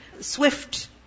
swift